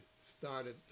started